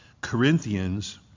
Corinthians